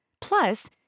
Plus